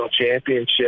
championship